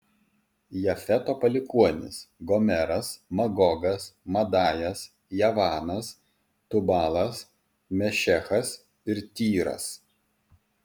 jafeto palikuonys gomeras magogas madajas javanas tubalas mešechas ir tyras